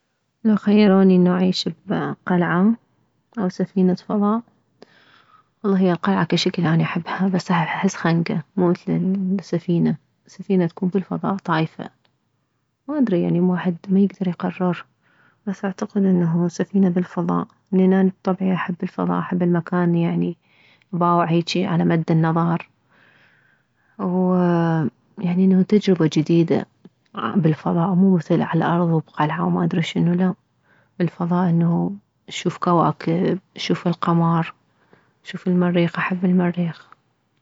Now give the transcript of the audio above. لو خيروني انه اعيش بقلعة او سفينة فضاء والله هي القلعة كشكل اني احبها بس احس خنكة مو مثل السفينة سفينة تكون بالفضاء طايفة ما ادري يعني واحد ما يكدر يقرر بس اعتقد انه سفينة بالفضاء لان اني بطبعي احب الفضاء احب المكان اللي يعني اباوع هيجي على مد النظر ويعني انه تجربة جديدة بالفضاء مو مثل عالارض وبقلعة وما ادري شنو لا بالفضاء انه تشوف كواكب تشوف القمر تشوف المريخ احب المريخ